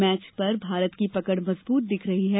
match पर भारत पकड़ मजबूत दिख रही है